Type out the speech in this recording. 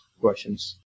questions